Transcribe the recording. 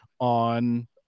on